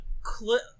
clip